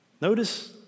Notice